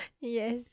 Yes